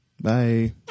Bye